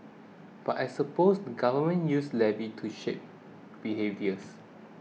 but I suppose the government uses levies to shape behaviours